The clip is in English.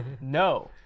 No